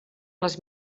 les